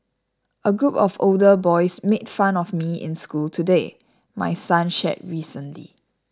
a group of older boys made fun of me in school today my son shared recently